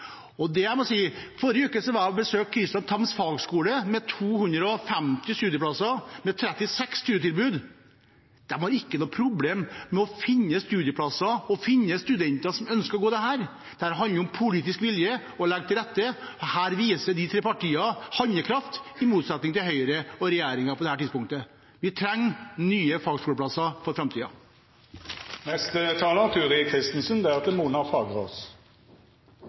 Forrige uke var jeg og besøkte Chr. Thams fagskole, som har 250 studieplasser og 36 studietilbud. De har ikke noe problem med å finne studieplasser og studenter som ønsker å gå der. Det handler om politisk vilje og om å legge til rette, og her viser vi tre partier handlekraft, i motsetning til Høyre og regjeringen på dette tidspunktet. Vi trenger nye fagskoleplasser for